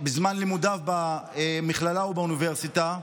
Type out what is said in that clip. בזמן לימודיו במכללה או באוניברסיטה,